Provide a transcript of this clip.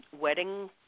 wedding